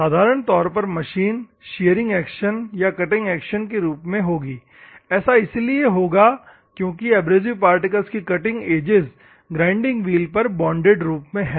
साधारण तौर पर मशीनिंग शेयरिंग एक्शन या कटिंग एक्शन के रूप में होंगी ऐसा इसलिए क्योंकि एब्रेसिव पार्टिकल्स की कटिंग एजेस ग्राइंडिंग व्हील पर बांडेड रूप में है